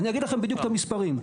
אני אגיד לכם בדיוק את המספרים.